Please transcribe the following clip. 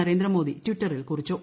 നരേന്ദ്രമോദി ട്വിറ്ററിൽ കുറിച്ചു